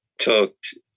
talked